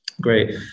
Great